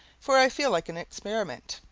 for i feel like an experiment,